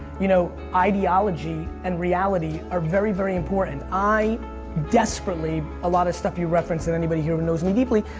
you know, ideology and reality are very, very important. i desperately a lot of the stuff you referenced and anybody here who knows me deeply,